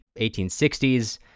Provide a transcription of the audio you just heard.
1860s